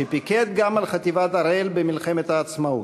שפיקד גם על חטיבת הראל במלחמת העצמאות,